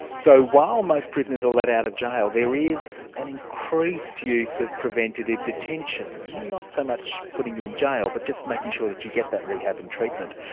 so while most prisoners are let our of jail, there is an increased use of preventative detention, not so much putting you in jail but just making sure that you get that rehab and treatment.